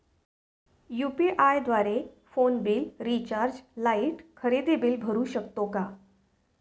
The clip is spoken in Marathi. यु.पी.आय द्वारे फोन बिल, रिचार्ज, लाइट, खरेदी बिल भरू शकतो का?